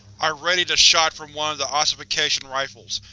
i readied a shot from one of the ossification rifles,